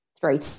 three